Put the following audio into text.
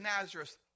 Nazareth